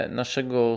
naszego